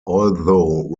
although